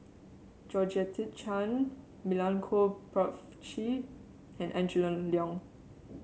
Georgette Chen Milenko Prvacki and Angela Liong